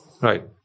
Right